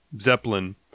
Zeppelin